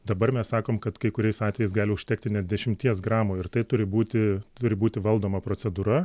dabar mes sakoe kad kai kuriais atvejais gali užtekti net dešimties gramų ir tai turi būti turi būti valdoma procedūra